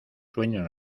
sueños